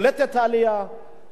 מדינה שבה יש מיעוטים.